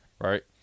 right